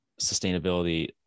sustainability